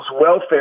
welfare